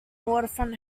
waterfront